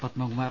Padmakumar